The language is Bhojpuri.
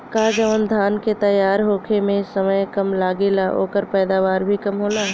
का जवन धान के तैयार होखे में समय कम लागेला ओकर पैदवार भी कम होला?